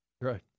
Right